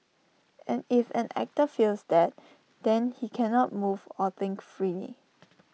and if an actor feels that then he cannot move or think freely